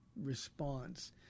response